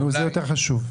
זה יותר חשוב.